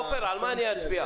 עופר, על מה אני אצביע?